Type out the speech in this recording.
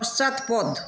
পশ্চাৎপদ